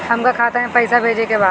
हमका खाता में पइसा भेजे के बा